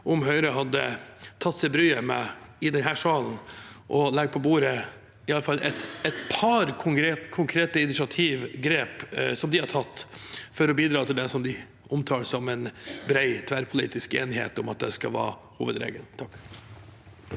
om Høyre hadde tatt seg bryet i denne salen med å legge på bordet i alle fall et par konkrete initiativ og grep som de har tatt for å bidra til det de omtaler som en bred tverrpolitisk enighet om at det skal være hovedregelen.